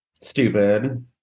Stupid